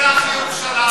ומזרח-ירושלים?